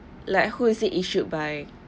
like who is it issued by